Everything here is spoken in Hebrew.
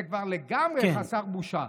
זה כבר לגמרי חסר בושה".